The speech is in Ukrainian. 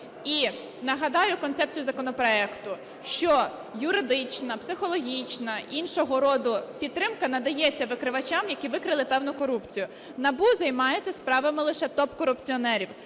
І нагадаю концепцію законопроекту, що юридична, психологічна, іншого роду підтримка надається викривачам, які викрили певну корупцію. НАБУ займається справами лише топ-корупціонерів,